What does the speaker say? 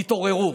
תתעוררו.